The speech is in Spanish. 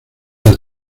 las